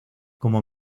como